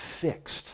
fixed